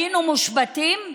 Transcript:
היינו מושבתים,